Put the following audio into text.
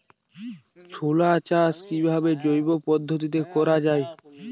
ছোলা চাষ কিভাবে জৈব পদ্ধতিতে করা যায়?